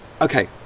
Okay